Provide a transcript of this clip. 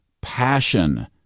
passion